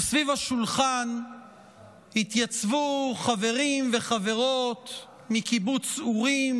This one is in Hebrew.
וסביב השולחן התייצבו חברים וחברות מקיבוץ אורים,